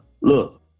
Look